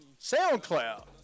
SoundCloud